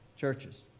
Churches